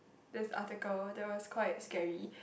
this article that was quite scary